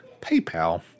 PayPal